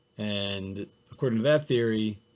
and according to that theory,